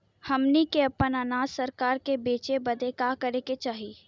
हमनी के आपन अनाज सरकार के बेचे बदे का करे के चाही?